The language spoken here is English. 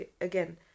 again